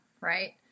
right